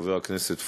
חבר הכנסת פורר,